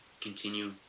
continue